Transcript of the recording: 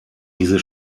diese